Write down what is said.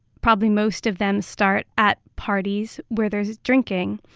probably most of them, start at parties where there's drinking.